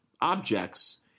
objects